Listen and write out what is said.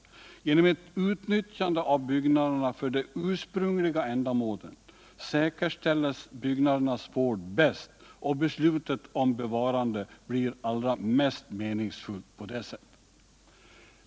Genom ctt utnyttjande av byggnaderna för det ursprungliga ändamålet säkerställes byggnadernas vård bäst, och beslutet om bevarandet blir allra mest meningsfullt på detta sätt.